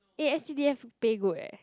eh s_c_d_f pay good eh